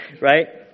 right